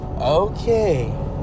Okay